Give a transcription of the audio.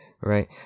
right